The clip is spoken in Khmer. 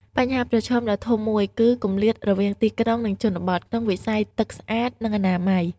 បញ្ហាប្រឈមដ៏ធំមួយ គឺ គម្លាតរវាងទីក្រុង និងជនបទ ក្នុងវិស័យទឹកស្អាត និងអនាម័យ។